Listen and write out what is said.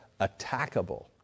attackable